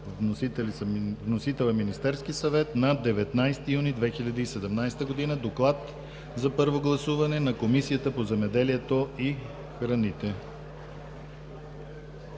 Вносител е Министерският съвет на 19 юни 2017 г. Доклад за първо гласуване на Комисията по земеделието и храните.